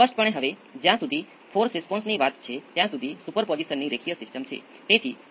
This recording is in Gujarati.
તેથી તમે અપેક્ષા કરો છો કે P r અને phi પ્રકારનો રિસ્પોન્સ ω n અને ζ અને Q ની સાપેક્ષે વ્યક્ત કરવામાં આવે